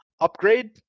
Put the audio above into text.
Upgrade